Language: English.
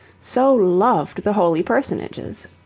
so loved the holy personages.